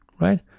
right